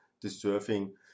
deserving